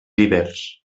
ibers